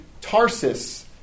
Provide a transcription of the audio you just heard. Tarsus